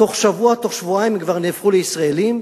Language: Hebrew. תוך שבוע, תוך שבועיים הם כבר נהפכו לישראלים,